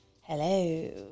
Hello